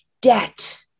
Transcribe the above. debt